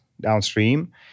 downstream